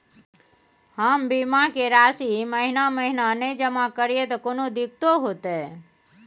हम बीमा के राशि महीना महीना नय जमा करिए त कोनो दिक्कतों होतय?